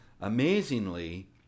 amazingly